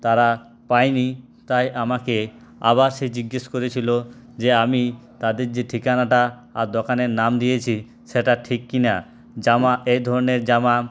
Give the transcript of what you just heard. তারা পায়নি তাই আমাকে আবার সে জিজ্ঞাসা করেছিল যে আমি তাদের যে ঠিকানাটা আর দোকানের নাম দিয়েছি সেটা ঠিক কি না জামা এই ধরনের জামা